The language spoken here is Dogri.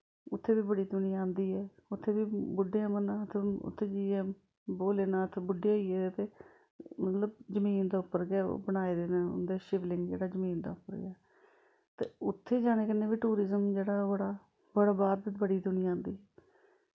उत्थें बी बड़ी दुनियां आंदी ऐ उत्थें बी बुड्डें अमरनाथ उत्थे जाईयै भोले नाथ बुड्डे होई गेदे ते मतलव जमीन दै उप्पर गै बनाए दे उंदे शिवलिंग जेह्ड़ा जमीन दे उप्पर गै ते उत्थे जाने कन्नै बी टूरिजम जेह्ड़ा बड़ा बड़ा बाह्र दी बड़ी दुनिया आंदी